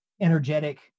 energetic